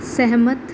ਸਹਿਮਤ